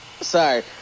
Sorry